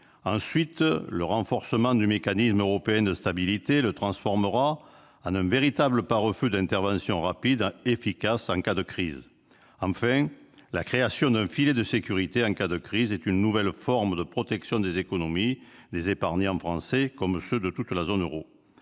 Ensuite, le renforcement du Mécanisme européen de stabilité le transformera en un véritable pare-feu d'intervention rapide et efficace en cas de crise. Enfin, la création d'un filet de sécurité en cas de crise est une nouvelle forme de protection des économies des épargnants français, comme de ceux de toute la zone euro.